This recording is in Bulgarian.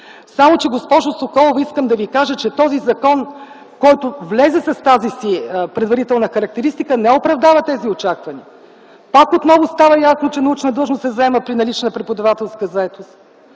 Само че, госпожо Соколова, искам да Ви кажа, че този закон, който влезе с тази си предварителна характеристика, не оправдава тези очаквания. Отново става ясно, че научна длъжност се заема при налична преподавателска заетост.